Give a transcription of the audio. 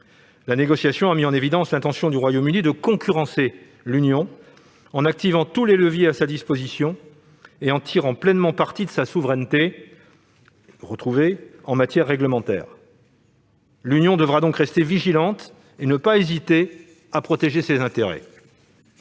La négociation a mis en évidence l'intention du Royaume-Uni de concurrencer l'Union en activant tous les leviers à sa disposition et en tirant pleinement parti de sa souveraineté recouvrée en matière réglementaire. L'Union devra donc rester vigilante et ne pas hésiter à protéger ses intérêts.